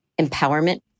empowerment